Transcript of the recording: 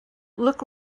look